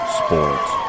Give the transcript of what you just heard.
sports